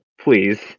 please